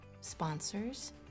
sponsors